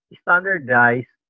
standardized